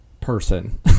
person